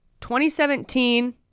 2017